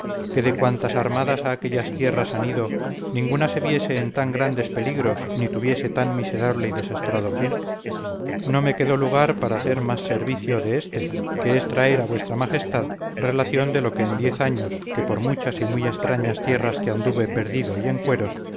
de cuantas armadas a aquellas tierras han ido ninguna se viese en tan grandes peligros ni tuviese tan miserable y desastrado fin no me quedó lugar para hacer más servicio de éste que es traer a vuestra majestad relación de lo que en diez años que por muchas y muy extrañas tierras que anduve perdido y en cueros